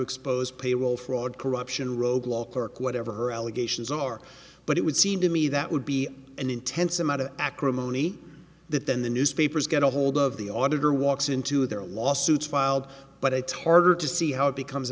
expose payroll fraud corruption rogue law clerk whatever her allegations are but it would seem to me that would be an intense amount of acrimony that then the newspapers get ahold of the auditor walks into their lawsuits filed but it's hard to see how it becomes